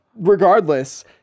Regardless